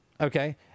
Okay